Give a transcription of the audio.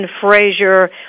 Frazier